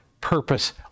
purpose